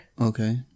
Okay